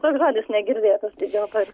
toks žodis negirdėtas tai dėl to ir